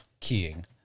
keying